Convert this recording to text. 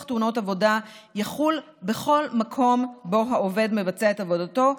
תאונות עבודה יחול בכל מקום שבו העובד מבצע את עבודתו,